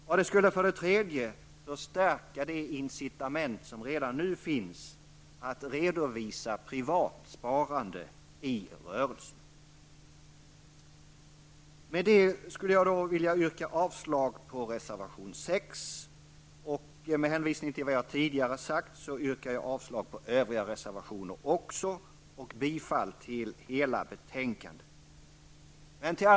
För det tredje skulle det förstärka det incitament som redan nu finns att redovisa privat sparande i rörelse. Med detta, herr talman, yrkar jag avslag på reservation 6. Med hänvisning till vad jag tidigare har sagt yrkar jag avslag också på övriga reservationer och bifall till utskottets hemställan i sin helhet.